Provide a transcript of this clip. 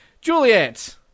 Juliet